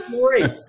great